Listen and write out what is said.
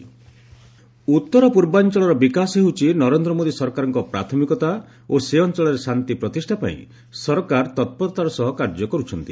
ଗମେଣ୍ଟ north east ଉତ୍ତର ପୂର୍ବାଞ୍ଚଳର ବିକାଶ ହେଉଛି ନରେନ୍ଦ୍ର ମୋଦି ସରକାରଙ୍କ ପ୍ରାଥମିକତା ଓ ସେ ଅଞ୍ଚଳରେ ଶାନ୍ତି ପ୍ରତିଷ୍ଠା ପାଇଁ ସରକାର ତପ୍ରତାର ସହ କାର୍ଯ୍ୟ କରୁଛନ୍ତି